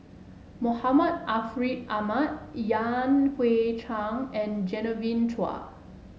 Muhammad Ariff Ahmad Yan Hui Chang and Genevieve Chua